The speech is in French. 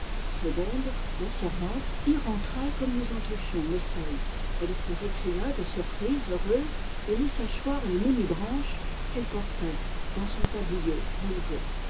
segonde la servante y rentrait comme nous en touchions le seuil elle se récria de surprise heureuse et laissa choir les menues branches qu'elle portait dans son tablier relevé